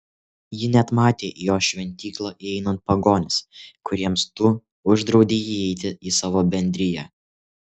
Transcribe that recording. ji net matė į jos šventyklą įeinant pagonis kuriems tu uždraudei įeiti į savo bendriją